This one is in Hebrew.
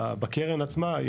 בקרן עצמה,